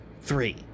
three